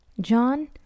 John